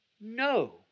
No